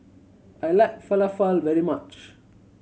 I like Falafel very much